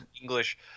English